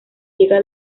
llega